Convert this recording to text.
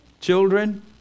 Children